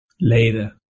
Later